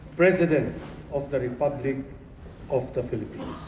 president of the republic of the philippines.